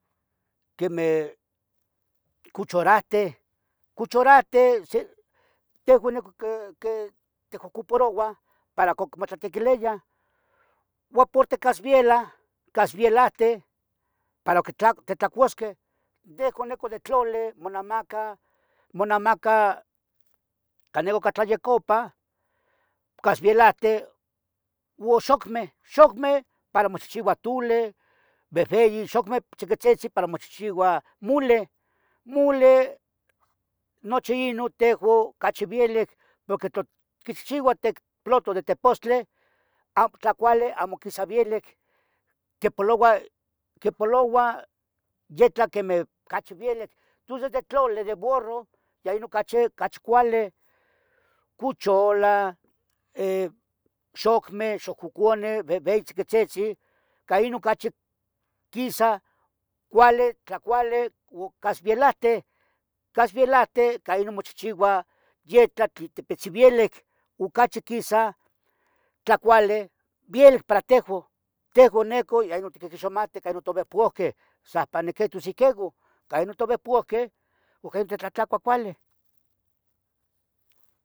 Quemeh, cuchorahten, cuchoranten, se, tehoun neco quie, quie. tecoccoparouan para con motlatequiliyah, uon porque casvielah,. casvielahten para oquitla, titlacuasqueh, de ihcon neco de tloli. monamaca, monamaca, can neco can Tlayecopa, casvielahten, u xocmeh, xocmeh para mochihchiva atuli, vehvei xocmeh,. tziquitzitzin para mochihchiva mule, mule noche inun tehoun. cachi vielic, porque tlo ticchivah tec, ploto de tepostle, tla,. tlacuale amo quisa vielec, quipoloua, quipoloua yehtla quemeh, cachi vielec. tod de tlo de borroh ya inun cachi, cachi cuali, cucholah eh. xcmeh, xococucuneh, vehveyin, tziquitzitzin ca inun cachi quisa. cuale tlacuale u casvielahten, casvielahten ca inun mochihchiua. yetlah tlen tepitzin vielic Ucachi quisa tlacuale vielic para tehoun, tehoun neco ya inun. tiquiquixmateh ica inun todavia pohqueh, xa pan niquehtos iquego. ica inun todavia pohqueh oc giente tlatlacua cuale